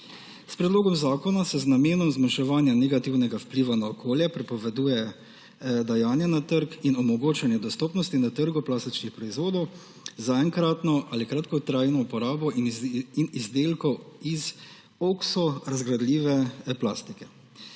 S predlogom zakona se z namenom zmanjševanja negativnega vpliva na okolje prepoveduje dajanje na trg in omogočanje dostopnosti na trgu plastičnih proizvodov za enkratno ali kratkotrajno uporabo in izdelkov iz oksorazgradljive plastike.